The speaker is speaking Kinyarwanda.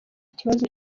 ikibazo